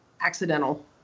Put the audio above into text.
accidental